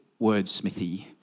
wordsmithy